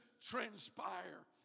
transpire